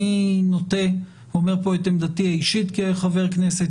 אני אומר פה את עמדתי האישית כחבר כנסת,